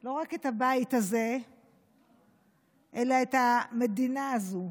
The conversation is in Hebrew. לא רק את הבית הזה אלא את המדינה הזו.